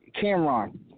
Cameron